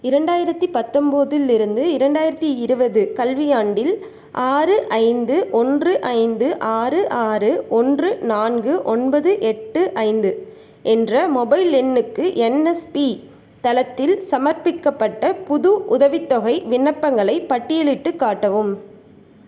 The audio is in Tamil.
இரண்டாயிரத்து பத்தம்போதிலிருந்து இரண்டாயிரத்து இருபது கல்வியாண்டில் ஆறு ஐந்து ஓன்று ஐந்து ஆறு ஆறு ஓன்று நான்கு ஒன்பது எட்டு ஐந்து என்ற மொபைல் எண்ணுக்கு என்எஸ்பி தளத்தில் சமர்ப்பிக்கப்பட்ட புது உதவித்தொகை விண்ணப்பங்களைப் பட்டியலிட்டுக் காட்டவும்